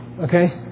okay